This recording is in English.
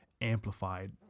amplified